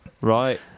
Right